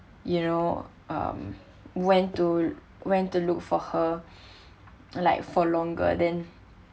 you know um went to went to look for her like for longer then